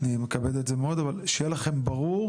אני מכבד את זה מאוד, אבל שיהיה לכם ברור,